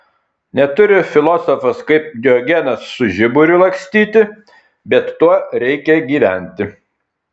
neturi filosofas kaip diogenas su žiburiu lakstyti bet tuo reikia gyventi